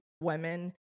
women